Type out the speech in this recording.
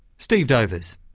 steve dovers.